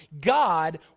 God